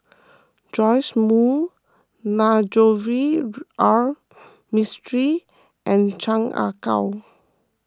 Joash Moo Navroji R Mistri and Chan Ah Kow